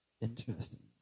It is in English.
Interesting